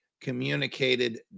communicated